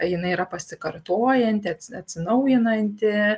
jinai yra pasikartojanti ats atsinaujinanti